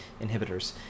inhibitors